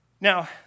Now